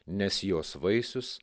nes jos vaisius